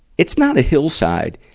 it's not a hillside.